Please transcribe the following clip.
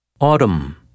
Autumn